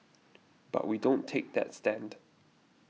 but we don't take that stand